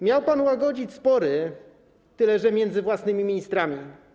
Miał pan łagodzić spory, tyle że między własnymi ministrami.